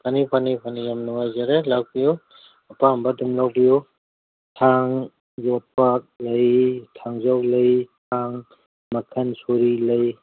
ꯐꯅꯤ ꯐꯅꯤ ꯐꯅꯤ ꯌꯥꯝ ꯅꯨꯡꯉꯥꯏꯖꯔꯦ ꯂꯥꯛꯄꯤꯌꯨ ꯑꯄꯥꯝꯕ ꯑꯗꯨꯝ ꯂꯧꯕꯤꯌꯨ ꯊꯥꯡ ꯌꯣꯠꯄꯥꯛ ꯂꯩ ꯊꯥꯡꯖꯧ ꯂꯩ ꯊꯥꯡ ꯃꯈꯜ ꯁꯣꯔꯤ ꯂꯩ